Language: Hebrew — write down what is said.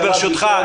ברשותך,